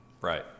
Right